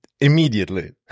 immediately